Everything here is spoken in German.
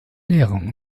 näheren